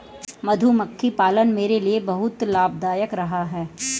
मधुमक्खी पालन मेरे लिए बहुत लाभदायक रहा है